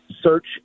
search